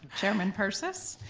chairman persis,